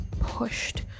pushed